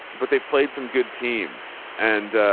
but they played some good teams. and